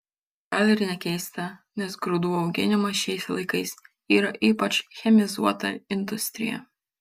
gal ir nekeista nes grūdų auginimas šiais laikai yra ypač chemizuota industrija